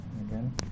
again